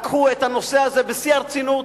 לקחו את הנושא הזה בשיא הרצינות,